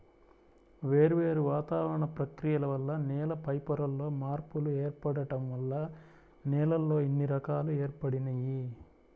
వేర్వేరు వాతావరణ ప్రక్రియల వల్ల నేల పైపొరల్లో మార్పులు ఏర్పడటం వల్ల నేలల్లో ఇన్ని రకాలు ఏర్పడినియ్యి